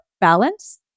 balance